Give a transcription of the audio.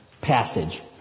passage